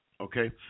okay